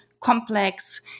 complex